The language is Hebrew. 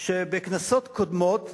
שבכנסות קודמות,